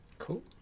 cool